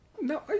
No